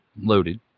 loaded